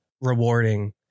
rewarding